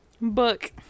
Book